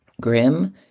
grim